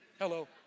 Hello